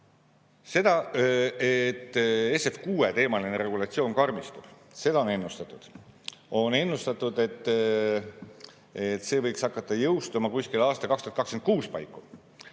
Seda, et SF6-teemaline regulatsioon karmistub, on ennustatud. On ennustatud, et see võiks hakata jõustuma aasta 2026 paiku.